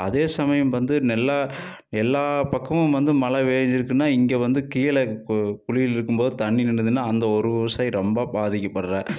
அதே சமயம் வந்து நெல்லாக எல்லா பக்கமும் வந்து மழை பேய்ஞ்சிருக்குன்னா இங்கே வந்து கீழே இப்போ குழியில இருக்கும்போது தண்ணி நின்றுதுன்னா அந்த ஒரு விவசாயி ரொம்ப பாதிக்கப்படுகிற